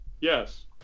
yes